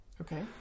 okay